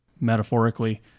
metaphorically